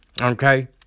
Okay